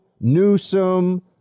Newsom